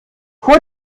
vor